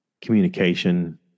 communication